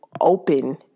open